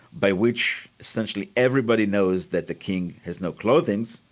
by which essentially everybody knows that the king has no clothing,